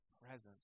presence